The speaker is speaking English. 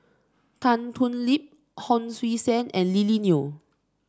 Tan Thoon Lip Hon Sui Sen and Lily Neo